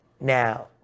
Now